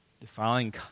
defiling